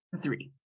Three